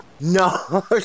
No